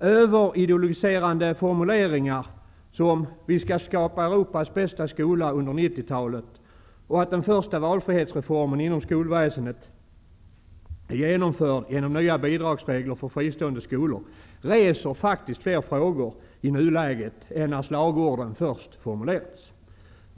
Överideologiserande formuleringar som ''vi skall skapa Europas bästa skola under 90-talet'' och att den första valfrihetsreformen inom skolväsendet är genomförd genom nya bidragsregler för fristående skolor, reser fler frågor i nuläget än när slagorden först formulerades.